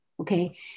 Okay